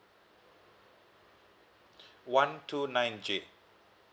one two nine J